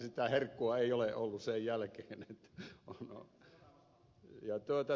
sitä herkkua ei ole ollut sen jälkeen